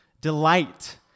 delight